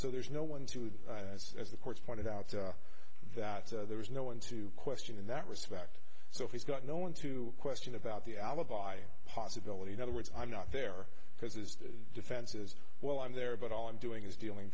so there's no one to do as the courts pointed out that there was no one to question in that respect so he's got no one to question about the alibi possibility the words i'm not there because his defenses while i'm there but all i'm doing is dealing